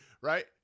right